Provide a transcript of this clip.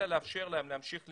אלא לאפשר להם להמשיך לימודים,